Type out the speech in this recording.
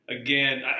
again